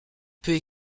peux